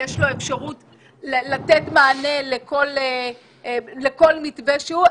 יש אפשרות לתת לכל מתווה שהוא,